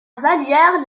vallières